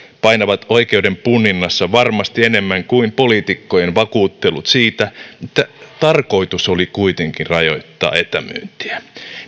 painavat oikeuden punninnassa varmasti enemmän kuin poliitikkojen vakuuttelut siitä että tarkoitus oli kuitenkin rajoittaa etämyyntiä